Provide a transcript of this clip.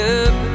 up